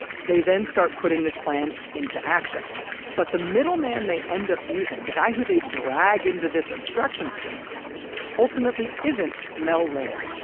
they then start putting this plan into action but the middle man they end up using the guy who they drag into this obstruction scheme ultimately isn't mel laird.